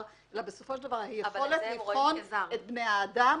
אלא בסופו של דבר היכולת לבחון את בני האדם.